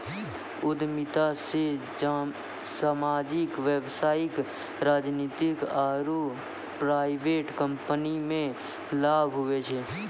उद्यमिता से सामाजिक व्यवसायिक राजनीतिक आरु प्राइवेट कम्पनीमे लाभ हुवै छै